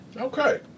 Okay